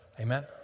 Amen